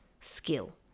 skill